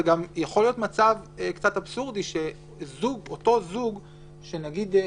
גם יכול להיות מצב אבסורדי שאותו זוג שלא